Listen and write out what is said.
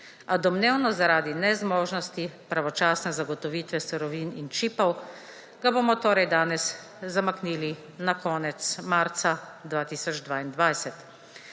A domnevno zaradi nezmožnosti pravočasne zagotovitve surovin in čipov, ga bomo torej danes zamaknili na konec marca 2022.